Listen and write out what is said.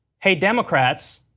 hey, democrats,